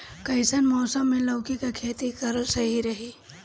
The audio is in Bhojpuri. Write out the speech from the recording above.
कइसन मौसम मे लौकी के खेती करल सही रही?